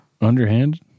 Underhand